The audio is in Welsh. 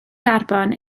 garbon